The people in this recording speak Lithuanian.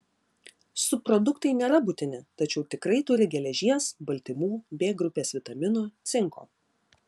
subproduktai nėra būtini tačiau tikrai turi geležies baltymų b grupės vitaminų cinko